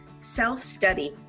self-study